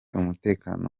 umutekano